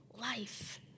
life